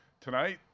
tonight